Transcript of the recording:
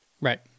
Right